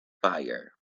fire